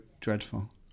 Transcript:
dreadful